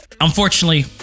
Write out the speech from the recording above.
unfortunately